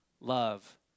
Love